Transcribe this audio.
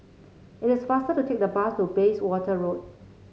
it is faster to take the bus to Bayswater Road